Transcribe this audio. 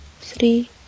three